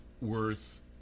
worth